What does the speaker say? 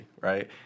right